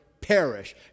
perish